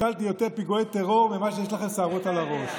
סיכלתי יותר פיגועי טרור ממה שיש לכם שערות על הראש.